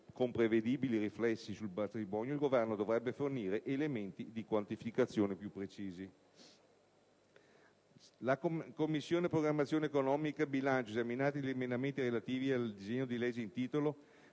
con prevedibili riflessi sul fabbisogno, il Governo dovrebbe fornire elementi di quantificazione più precisi». «La Commissione programmazione economica, bilancio, esaminati gli emendamenti, relativi al disegno di legge in titolo,